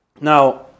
Now